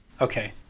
Okay